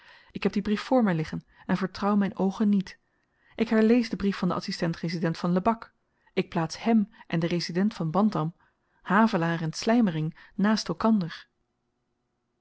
ik heb dien brief voor my liggen en vertrouw myn oogen niet ik herlees den brief van den adsistent resident van lebak ik plaats hèm en den resident van bantam havelaar en slymering naast elkander